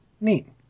Neat